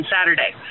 Saturday